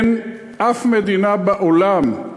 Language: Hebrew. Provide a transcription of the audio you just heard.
אין אף מדינה בעולם,